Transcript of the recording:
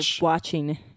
watching